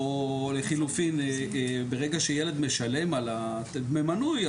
או לחילופין ברגע שילד משלם על דמי מנוי,